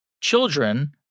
Children